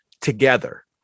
together